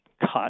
cut